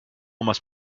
must